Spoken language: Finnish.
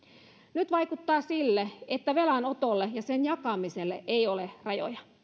nyt vaikuttaa sille että velanotolle ja rahan jakamiselle ei ole rajoja